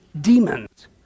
Demons